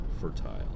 fertile